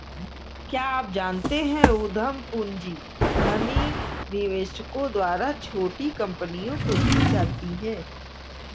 क्या आप जानते है उद्यम पूंजी धनी निवेशकों द्वारा छोटी कंपनियों को दी जाती है?